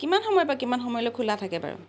কিমান সময় পৰা কিমান সময়লৈ খোলা থাকে বাৰু